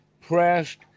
pressed